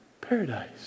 paradise